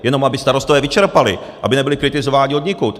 Jenom aby starostové vyčerpali, aby nebyli kritizováni odnikud.